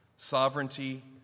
Sovereignty